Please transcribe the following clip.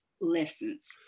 lessons